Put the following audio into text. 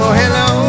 hello